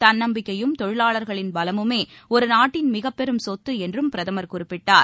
தன்னம்பிக்கையும் தொழிலாளர்களின் பலமுமே ஒரு நாட்டின் மிகப்பெரும் சொத்து என்றும் பிரதமர் குறிப்பிட்டார்